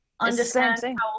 understand